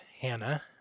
Hannah